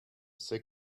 sais